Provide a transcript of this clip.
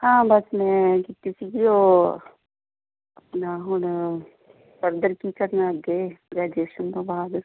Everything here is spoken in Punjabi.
ਹਾਂ ਬਸ ਮੈਂ ਕੀਤੀ ਸੀਗੀ ਉਹ ਆਪਣਾ ਹੁਣ ਫਰਦਰ ਕੀ ਕਰਨਾ ਅੱਗੇ ਗ੍ਰੈਜੂਏਸ਼ਨ ਤੋਂ ਬਾਅਦ